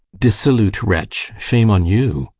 dissolute wretch shame on you!